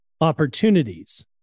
opportunities